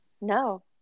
No